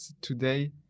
today